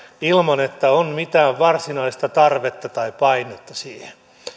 ilman että on mitään varsinaista tarvetta tai painetta siihen